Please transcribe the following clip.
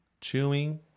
chewing